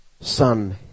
sun